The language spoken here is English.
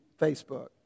Facebook